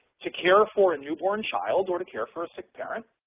to care for a newborn child or to care for a sick parent,